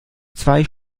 zwei